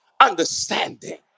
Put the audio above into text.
understanding